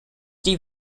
die